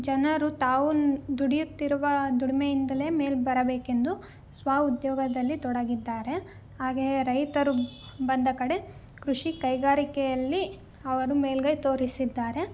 ಜನರು ತಾವು ದುಡಿಯುತ್ತಿರುವ ದುಡಿಮೆಯಿಂದಲೆ ಮೇಲೆ ಬರಬೇಕೆಂದು ಸ್ವಉದ್ಯೋಗದಲ್ಲಿ ತೊಡಗಿದ್ದಾರೆ ಹಾಗೆಯೇ ರೈತರು ಬಂದ ಕಡೆ ಕೃಷಿ ಕೈಗಾರಿಕೆಯಲ್ಲಿ ಅವರು ಮೇಲುಗೈ ತೋರಿಸಿದ್ದಾರೆ